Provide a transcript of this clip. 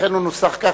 לכן הוא נוסח כך,